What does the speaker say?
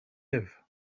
live